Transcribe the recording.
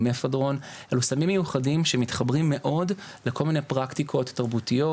אלו סמים מיוחדים שמתחברים מאוד לכל מיני פרקטיקות תרבותיות,